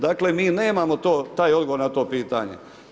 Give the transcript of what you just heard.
Dakle, mi nemamo taj odgovor na to pitanje.